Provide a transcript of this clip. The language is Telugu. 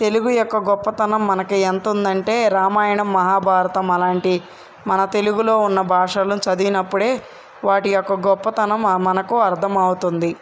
తెలుగు యొక్క గొప్పతనం మనకు ఎంత ఉంది అంటే రామాయణం మహాభారతం అలాంటి మన తెలుగులో ఉన్న భాషలను చదివినప్పుడు వాటి యొక్క గొప్పతనం మనకు అర్థం అవుతుంది